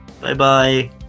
Bye-bye